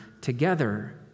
Together